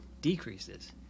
decreases